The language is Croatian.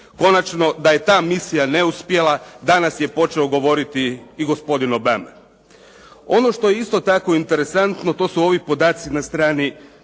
Konačno, da je ta misija neuspjela danas je počeo govoriti i gospodin Obama. Ono što je isto tako interesantno, to su ovi podaci na strani